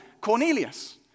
Cornelius